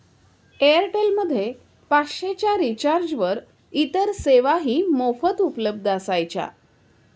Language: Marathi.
एअरटेल मध्ये पाचशे च्या रिचार्जवर इतर सेवाही मोफत उपलब्ध असायच्या